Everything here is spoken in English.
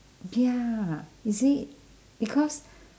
ya is it because